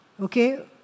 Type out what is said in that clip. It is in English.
okay